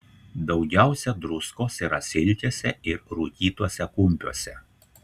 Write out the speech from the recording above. daugiausia druskos yra silkėse ir rūkytuose kumpiuose